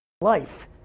life